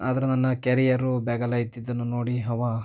ಆದರೆ ನನ್ನ ಕೆರಿಯರು ಬ್ಯಾಗೆಲ್ಲ ಇದ್ದಿದ್ದನ್ನು ನೋಡಿ ಅವ